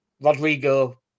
Rodrigo